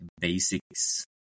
basics